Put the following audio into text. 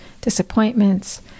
disappointments